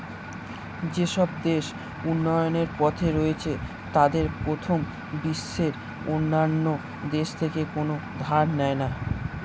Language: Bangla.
যেসব দেশ উন্নয়নের পথে রয়েছে তাদের প্রথম বিশ্বের অন্যান্য দেশ থেকে কোনো ধার নেই